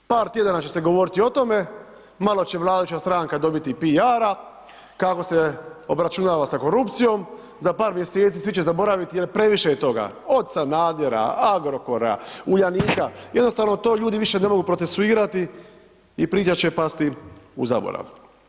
Par tjedana će se govoriti o tome, malo će vladajuća stranka dobiti PR-a kako se obračunava sa korupcijom, za par mjeseci svi će zaboraviti jer previše je toga, od Sanadera, Agrokora, Uljanika jednostavno to ljudi više ne mogu procesuirati i priča će pasti u zaborav.